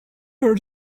heard